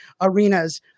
arenas